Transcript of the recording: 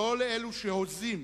לא לאלו שהוזים,